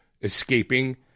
escaping